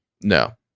No